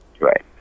right